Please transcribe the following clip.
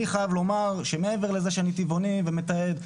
אני חייב לומר שמעבר לזה שאני טבעוני ומתעד,